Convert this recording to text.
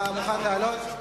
אתה מוכן לעלות?